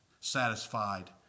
satisfied